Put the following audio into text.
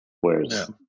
Whereas